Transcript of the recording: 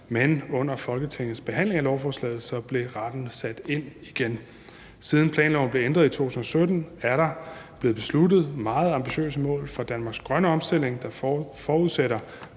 men under Folketingets behandling af lovforslaget blev retten sat ind igen. Siden planloven blev ændret i 2017 er der blevet besluttet meget ambitiøse mål for Danmarks grønne omstilling, der forudsætter